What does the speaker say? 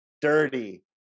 Dirty